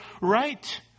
right